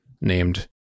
named